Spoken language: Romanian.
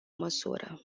măsură